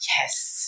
yes